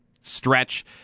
stretch